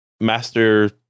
Master